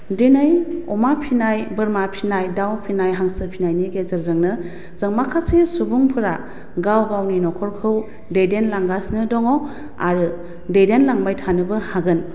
दिनै अमा फिसिनाय बोरमा फिसिनाय दाव फिसिनाय हांसो फिसिनायनि गेजेरजोंनो जों माखासे सुबुंफोरा गाव गावनि न'खरखौ दैदेनलांगासिनो दङ आरो दैदेनलांबाय थानोबो हागोन